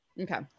Okay